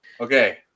Okay